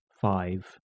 five